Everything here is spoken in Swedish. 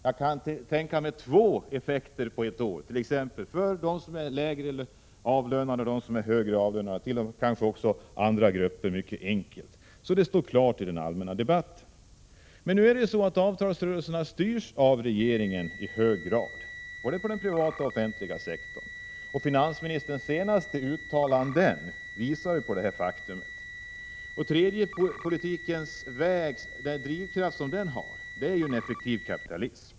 Jag kan tänka mig att man på ett år försöker åstadkomma två effekter, nämligen dels för de lägre avlönade, dels för de högre avlönade. Detta kan ske mycket enkelt, så att det står klart i den allmänna debatten. Men nu styrs ju avtalsrörelserna i hög grad av regeringen, både på den privata och på den offentliga sektorn. Finansministerns senaste uttalande bekräftar detta faktum. Den drivkraft som den tredje vägens politik har är ju en effektiv kapitalism.